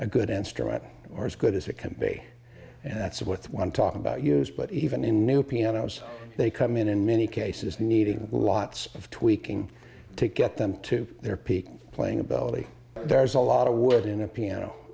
a good instrument or as good as it can be and that's it with one talk about used but even in new pianos they come in in many cases needing lots of tweaking to get them to their peak playing ability there's a lot of wood in a piano